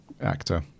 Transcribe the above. actor